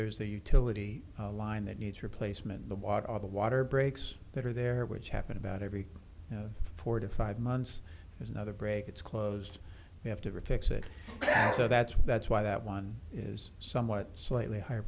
there's a utility line that needs replacement the water or the water breaks that are there which happen about every four to five months is another break it's closed you have to reflect that so that's that's why that one is somewhat slightly higher